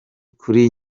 kuri